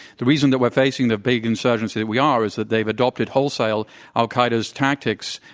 the reason that we're facing the big insurgency that we are is that they've adopted wholesale al-qaeda's tactics